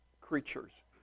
creatures